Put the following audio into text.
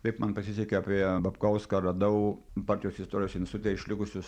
taip man pasisekė apie babkauską radau baltijos istorijos institute išlikusius